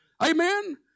Amen